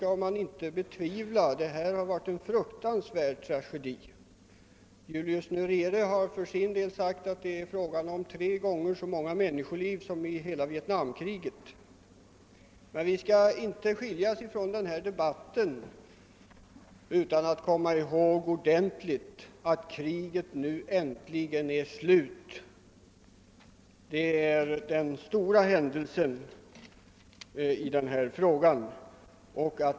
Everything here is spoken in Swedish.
Att det har varit en fruktansvärd tragedi kan inte betvivlas. Julius Nyerere anser att den har skördat tre gånger så många människoliv som hela Vietnamkriget. Vi bör emellertid inte avsluta den här debatten utan att ha med eftertryck konstaterat, att kriget äntligen är slut — det är den stora händelsen.